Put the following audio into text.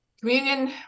communion